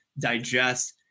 digest